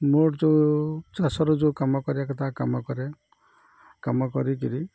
ମୋର ଯେଉଁ ଚାଷରୁ ଯେଉଁ କାମ କରିବା କଥା କାମ କରେ କାମ କରିକରି